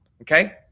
Okay